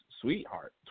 sweetheart